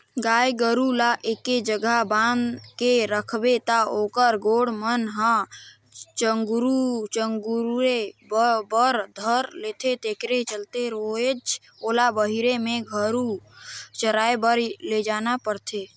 गाय गोरु ल एके जघा बांध के रखबे त ओखर गोड़ मन ह चगुरे बर धर लेथे तेखरे चलते रोयज ओला बहिरे में घलो चराए बर लेजना परथे